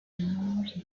enanos